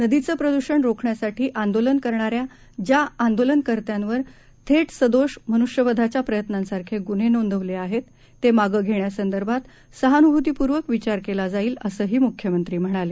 नदीचं प्रद्षण रोखण्यासाठी आंदोलन करणाऱ्या ज्या आंदोलनकर्त्यावर थेट सदोष मनुष्यवधाच्या प्रयत्नासारखे गुन्हे नोंदवले आहेत ते मागं घेण्यासंदर्भात सहानुभुतीपूर्वक विचार केला जाईल असंही मुख्यमंत्री म्हणाले